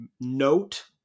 note